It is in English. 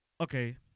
okay